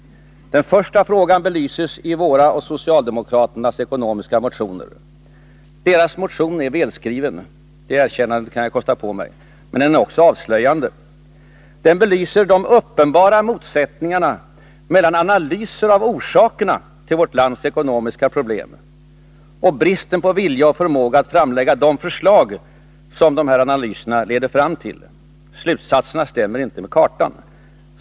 Den första frågan belyses i våra och socialdemokraternas ekonomiska motioner. Deras motion är välskriven. Det erkännandet kan jag kosta på mig. Men den är också avslöjande. Den belyser de uppenbara motsättningarna mellan analyser av orsakerna till vårt lands ekonomiska problem och bristen på vilja och förmåga att framlägga de förslag som analyserna leder fram till. Slutsatserna stämmer inte med kartan.